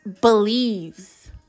believes